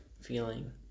feeling